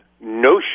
no